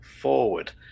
forward